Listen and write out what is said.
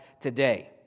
today